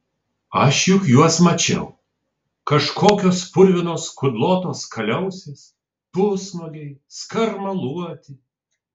aš juk juos mačiau kažkokios purvinos kudlotos kaliausės pusnuogiai skarmaluoti